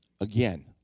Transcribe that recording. again